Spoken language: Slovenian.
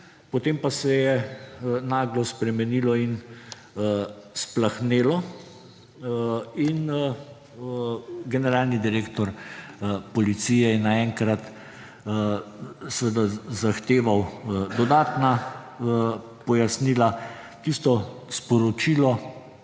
potem pa se je naglo spremenilo in splahnelo in generalni direktor policije je naenkrat seveda zahteval dodatna pojasnila, tisto sporočilo,